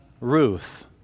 Ruth